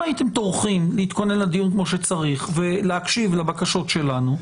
אם הייתם טורחים להתכונן לדיון הזה כמו שצריך ולהקשיב לבקשות שלנו,